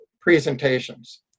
presentations